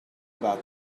about